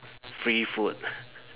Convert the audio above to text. free food